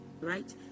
right